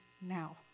now